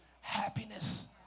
happiness